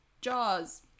Jaws